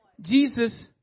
Jesus